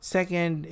Second